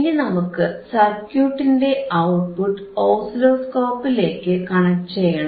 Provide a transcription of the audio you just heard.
ഇനി നമുക്ക് സർക്യൂട്ടിന്റെ ഔട്ട്പുട്ട് ഓസിലോസ്കോപ്പിലേക്കു കണക്ട് ചെയ്യണം